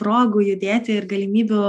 progų judėti ir galimybių